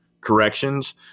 corrections